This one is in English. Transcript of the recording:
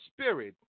spirit